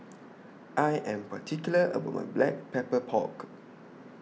I Am particular about My Black Pepper Pork